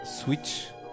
Switch